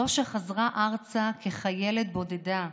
זו שחזרה ארצה כחיילת בודדה,